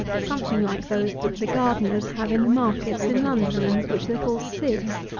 something like those that the gardeners have in the markets in london, and which they call sieves,